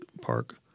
park